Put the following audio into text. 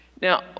Now